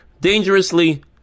dangerously